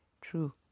True